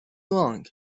long